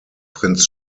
prince